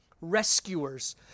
rescuers